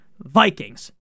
Vikings